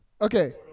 Okay